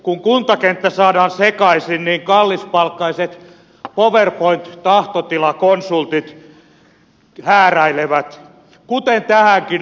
kun kuntakenttä saadaan sekaisin niin kallispalkkaiset powerpoint tahtotilakonsultit hääräilevät kuten tähänkin asti